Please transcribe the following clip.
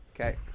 Okay